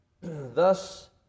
Thus